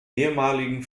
ehemaligen